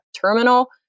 terminal